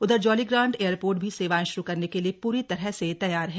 उधर जौलीग्रांट एयरपोर्ट भी सेवाएं श्रू करने के लिए पूरी तरह से तैयार है